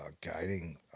guiding